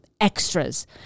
extras